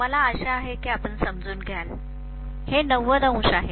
मला आशा आहे की आपण समजून घ्याल हे 900 आहे